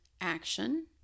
action